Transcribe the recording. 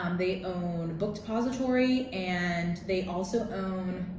um they own book depository and they also own,